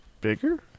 bigger